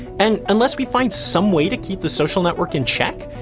and, unless we find some way to keep the social network in check,